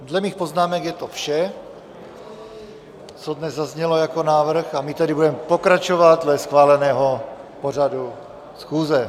Dle mých poznámek je to vše, co dnes zaznělo jako návrh, a my tedy budeme pokračovat dle schváleného pořadu schůze.